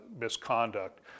misconduct